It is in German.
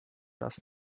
das